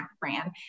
brand